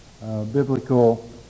biblical